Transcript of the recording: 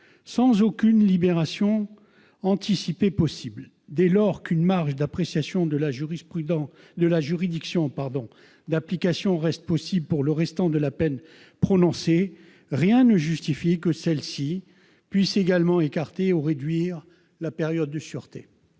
sans aucune libération anticipée possible. Dès lors qu'une marge d'appréciation de la juridiction d'application reste possible pour le restant de la peine prononcée, rien ne justifie que celle-ci puisse également écarter ou réduire la période de sûreté.